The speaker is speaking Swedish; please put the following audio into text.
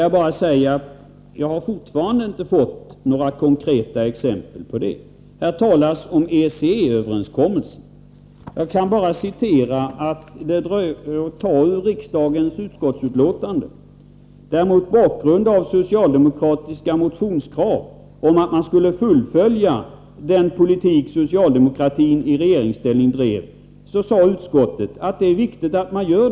Jag har fortfarande inte fått några konkreta exempel på det. Här talas om ECE-konventionen. Mot bakgrund av de socialdemokratiska motionskraven att fullfölja den politik som socialdemokratin bedrev i regeringsställning framhölls i ett utskottsbetänkande av år 1977 att det var viktigt att göra det.